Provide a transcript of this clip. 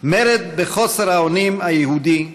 מרד בחוסר האונים היהודי,